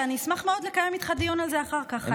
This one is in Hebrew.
ואני אשמח מאוד לקיים איתך דיון על זה אחר כך.